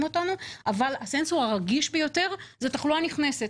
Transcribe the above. אותנו אבל הסנסור הרגיש ביותר זה תחלואה נכנסת.